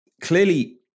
clearly